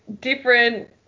different